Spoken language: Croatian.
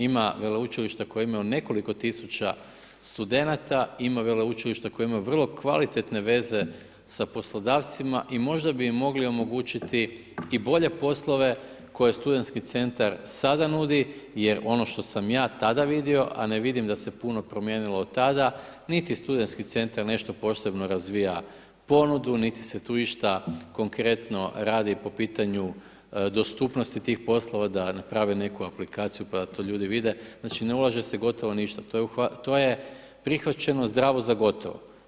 Ima veleučilišta koje imaju nekoliko tisuća studenata, ima veleučilišta koje imaju vrlo kvalitetne veze sa poslodavcima i možda bi im mogli omogućiti i bolje poslove koje SC sada nudi jer ono što sam ja tada vidio, a ne vidim da se puno promijenilo od tada, niti SC nešto posebno razvija ponudu, niti se tu išta konkretno radi po pitanju dostupnosti tih poslova da naprave neku aplikaciju pa da to ljudi vide, znači ne ulaže se gotovo ništa, to je prihvaćeno zdravo za gotovo.